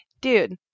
Dude